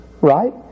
Right